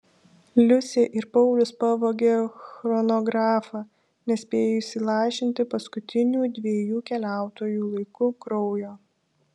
liusė ir paulius pavogė chronografą nespėjus įlašinti paskutinių dviejų keliautojų laiku kraujo